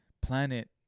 planet